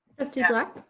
trustee black.